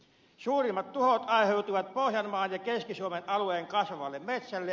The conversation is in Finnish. suurimmat tuhot aiheutuivat pohjanmaan ja keski suomen alueen kasvavalle metsälle